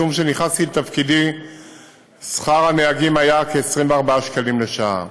משום שכשנכנסתי לתפקידי שכר הנהגים היה כ-24 שקלים לשעה,